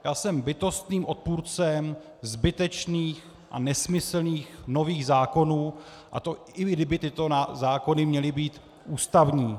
Já jsem bytostným odpůrcem zbytečných a nesmyslných nových zákonů, a to i kdyby tyto zákony měly být ústavní.